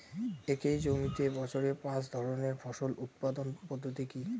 একই জমিতে বছরে পাঁচ ধরনের ফসল উৎপাদন পদ্ধতি কী?